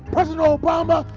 president obama,